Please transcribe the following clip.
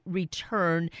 return